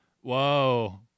whoa